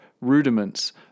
rudiments